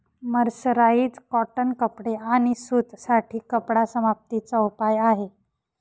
mercerise cotton कपडे आणि सूत साठी कपडा समाप्ती चा उपाय आहे